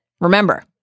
remember